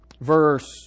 verse